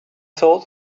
thought